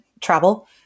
travel